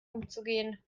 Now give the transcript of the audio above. umzugehen